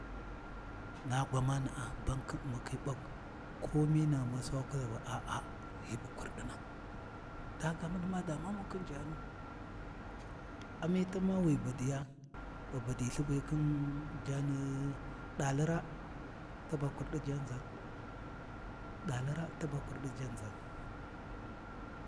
Na gwamana’a bankhin U’maki ɓak, komi naghuma sai wa kuʒa a’a hyi bu kurɗina, daa ga mani ma damamu khin jaanu, Amitan ma wighi badiya, ghi badiyi lthi be khin jaani ɗaali raa, taba kurɗi jaanʒa, ɗaali raa ‘taba kurdi jaanʒa.